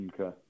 Okay